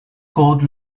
called